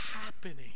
happening